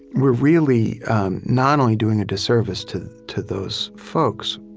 we're really not only doing a disservice to to those folks,